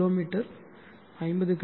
me 50 Ki